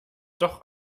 doch